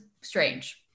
strange